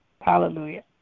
Hallelujah